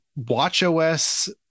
watchOS